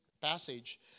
passage